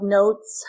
notes